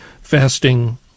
fasting